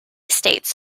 states